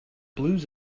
blues